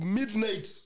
midnight